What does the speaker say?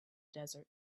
desert